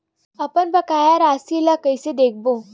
अपन बकाया राशि ला कइसे देखबो?